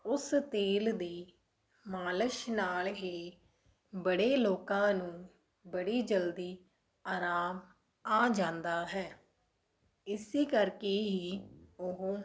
ਉਸ ਤੇਲ ਦੀ ਮਾਲਸ਼ ਨਾਲ ਹੀ ਬੜੇ ਲੋਕਾਂ ਨੂੰ ਬੜੀ ਜਲਦੀ ਆਰਾਮ ਆ ਜਾਂਦਾ ਹੈ ਇਸੇ ਕਰਕੇ ਹੀ ਉਹ